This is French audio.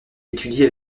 étudie